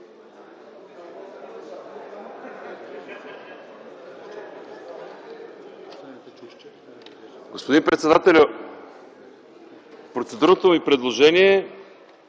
Господин председателю, процедурното ми предложение е